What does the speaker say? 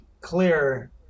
clear